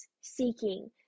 seeking